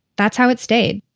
that's how it stayed.